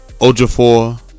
Ojafor